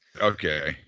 Okay